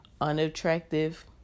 unattractive